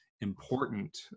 important